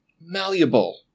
malleable